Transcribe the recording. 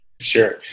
Sure